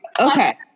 okay